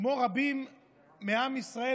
כמו רבים מעם ישראל,